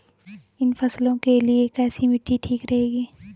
इन फसलों के लिए कैसी मिट्टी ठीक रहेगी?